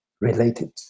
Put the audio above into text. related